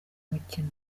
mukino